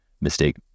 mistake